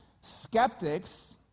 Skeptics